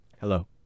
Hello